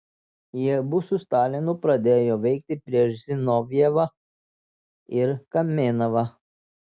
jie abu su stalinu pradėjo veikti prieš zinovjevą ir kamenevą